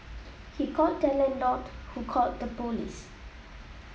he called their landlord who called the police